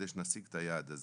על מנת שנשיג את היעד הזה.